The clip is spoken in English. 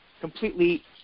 completely